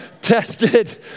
Tested